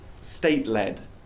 state-led